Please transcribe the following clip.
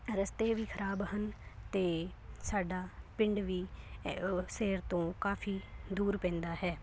ਰਸਤੇ ਵੀ ਖਰਾਬ ਹਨ ਅਤੇ ਸਾਡਾ ਪਿੰਡ ਵੀ ਸ਼ਹਿਰ ਤੋਂ ਕਾਫ਼ੀ ਦੂਰ ਪੈਂਦਾ ਹੈ